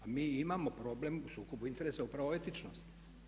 A mi imamo problem u sukobu interesa upravo etičnost.